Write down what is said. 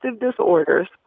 disorders